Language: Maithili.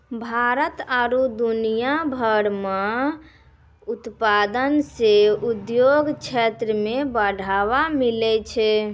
भारत आरु दुनिया भर मह उत्पादन से उद्योग क्षेत्र मे बढ़ावा मिलै छै